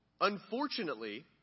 Unfortunately